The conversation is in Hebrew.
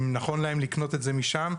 ולהעריך האם נכון להם לקנות את זה משם,